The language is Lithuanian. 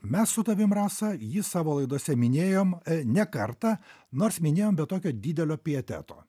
mes su tavim rasa jį savo laidose minėjom ne kartą nors minėjom bet tokio didelio piateto